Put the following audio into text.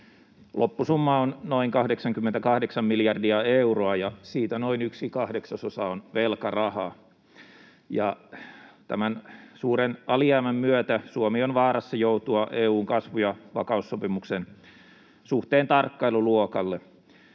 loppusumma on noin 88 miljardia euroa, ja siitä noin yksi kahdeksasosa on velkarahaa. Tämän suuren alijäämän myötä Suomi on vaarassa joutua EU:n kasvu- ja vakaussopimuksen suhteen tarkkailuluokalle.